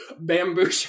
bamboo